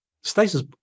stasis